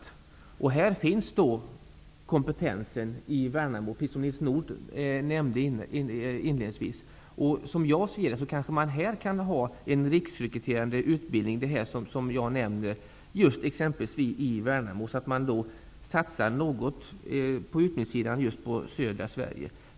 Precis som Nils Nordh inledningsvis nämnde finns den här kompetensen i Värnamo. Kanske skulle man i Värnamo kunna ha en riksrekryterande utbildning, så att man något satsar på utbildningssidan i södra Sverige.